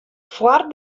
foar